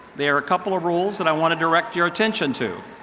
there are a couple of rules that i want to direct your attention to.